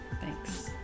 Thanks